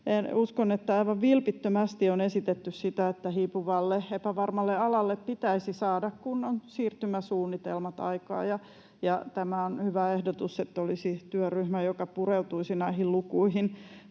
Uskon, että aivan vilpittömästi on esitetty sitä, että hiipuvalle, epävarmalle alalle pitäisi saada kunnon siirtymäsuunnitelmat aikaan. Tämä on hyvä ehdotus, että olisi työryhmä, joka pureutuisi näihin lukuihin.